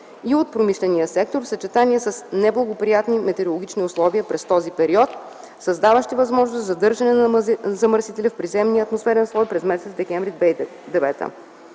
и от промишления сектор в съчетание с неблагоприятни метеорологични условия през този период, създаващи възможност за задържане на замърсителя в приземния атмосферен слой през м. декември